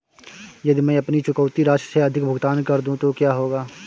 यदि मैं अपनी चुकौती राशि से अधिक भुगतान कर दूं तो क्या होगा?